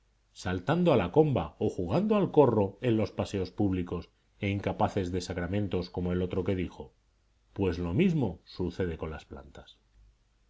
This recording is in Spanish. saltando a la comba o jugando al corro en los paseos públicos e incapaces de sacramentos como el otro que dijo pues lo mismo sucede con las plantas